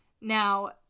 Now